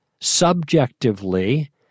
subjectively